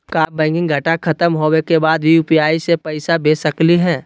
का बैंकिंग घंटा खत्म होवे के बाद भी यू.पी.आई से पैसा भेज सकली हे?